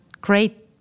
great